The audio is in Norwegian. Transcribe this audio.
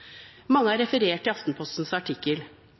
Mange har referert til Aftenpostens artikkel.